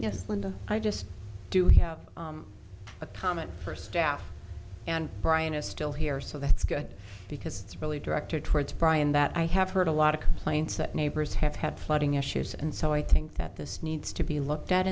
linda i just do have a common first half and brian is still here so that's good because it's really directed towards bryan that i have heard a lot of complaints that neighbors have had flooding issues and so i think that this needs to be looked at